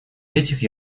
этих